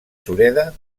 sureda